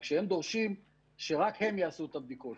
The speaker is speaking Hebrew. רק שהם דורשים שרק הם יעשו את הבדיקות.